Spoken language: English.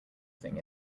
thing